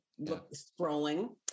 scrolling